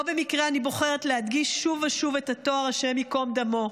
לא במקרה אני בוחרת להדגיש שוב ושוב את התואר השם ייקום דמו.